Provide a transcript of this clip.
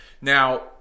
now